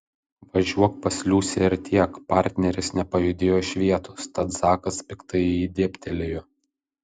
važiuok pas liusę ir tiek partneris nepajudėjo iš vietos tad zakas piktai į jį dėbtelėjo